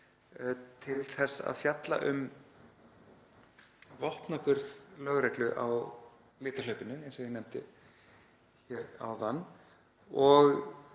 til þess að fjalla um vopnaburð lögreglu á litahlaupinu, eins og ég nefndi hér áðan, og